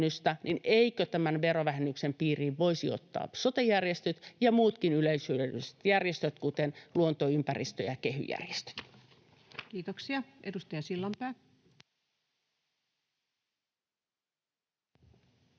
niin eikö tämän verovähennyksen piiriin voisi ottaa sote-järjestöt ja muutkin yleishyödylliset järjestöt, kuten luonto-, ympäristö- ja kehy-järjestöt? Kiitoksia. — Edustaja Sillanpää.